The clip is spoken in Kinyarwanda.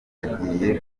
agiye